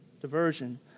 Diversion